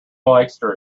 leicester